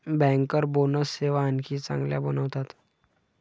banker bonus सेवा आणखी चांगल्या बनवतात